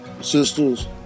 sisters